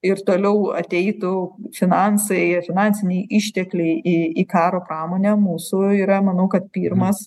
ir toliau ateitų finansai finansiniai ištekliai į į karo pramonę mūsų yra manau kad pirmas